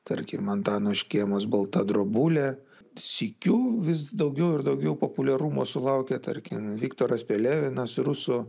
tarkim antano škėmos balta drobulė sykiu vis daugiau ir daugiau populiarumo sulaukė tarkim viktoras pelevinas rusų